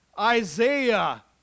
Isaiah